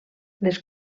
les